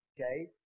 okay